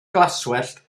glaswellt